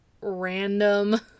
random